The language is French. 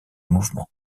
mouvement